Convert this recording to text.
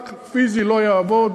פיזי בלבד לא יעבוד.